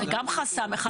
זה חסם בפני עצמו.